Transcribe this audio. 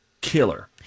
killer